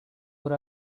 what